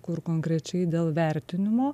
kur konkrečiai dėl vertinimo